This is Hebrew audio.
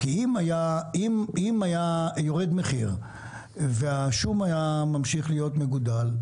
אם היה יורד מחיר והשום היה ממשיך להיות מגודל,